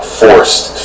forced